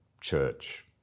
church